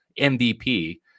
MVP